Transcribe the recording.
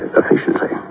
efficiency